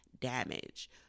damage